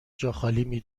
جاخالی